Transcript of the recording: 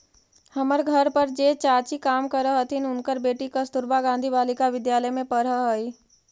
हमर घर पर जे चाची काम करऽ हथिन, उनकर बेटी कस्तूरबा गांधी बालिका विद्यालय में पढ़ऽ हई